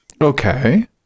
Okay